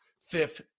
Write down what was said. fifth